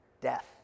death